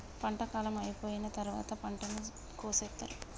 పంట కాలం అయిపోయిన తరువాత పంటను కోసేత్తారు